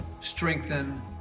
strengthen